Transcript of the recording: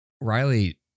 Riley